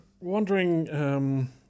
wondering